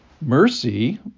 Mercy